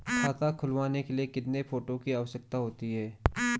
खाता खुलवाने के लिए कितने फोटो की आवश्यकता होती है?